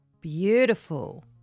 Beautiful